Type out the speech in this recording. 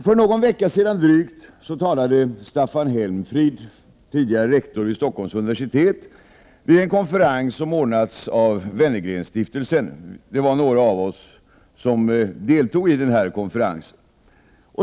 För drygt en vecka sedan talade Staffan Helmfrid, tidigare rektor vid Stockholms universitet, vid en konferens som ordnats av Wennergrenstiftelsen. Några av oss riksdagsmän deltog i konferensen.